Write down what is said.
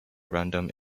random